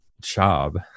job